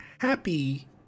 happy